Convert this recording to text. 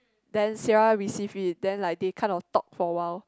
then Siera receive it then like they kind of talk for awhile